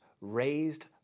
raised